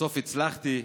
בסוף הצלחתי.